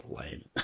lame